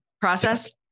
process